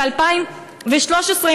ב-2013,